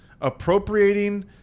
Appropriating